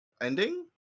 Ending